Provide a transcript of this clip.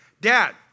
Dad